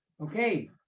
Okay